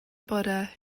bore